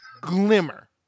Glimmer